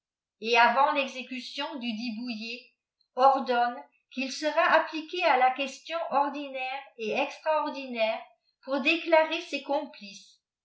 et avant l exécntion dndtt bonllé ordonne qall sera appliqué a la question ordinaire et extraordinaire pour déclarer ses eonplices